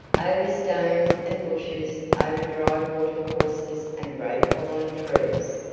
over stones and bushes, over dry water-courses and great fallen trees.